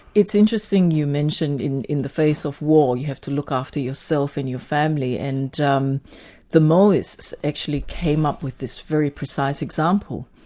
it's interesting you mention in in the face of war you have to look after yourself and your family, and um the mohists actually came up with this very precise example.